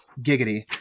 giggity